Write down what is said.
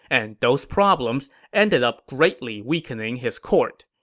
and those problems ended up greatly weakening his court.